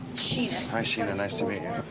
sheena. hi sheena, nice to meet you.